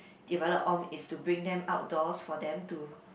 develop on is to bring them outdoors for them to